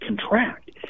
contract